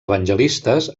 evangelistes